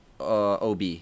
Ob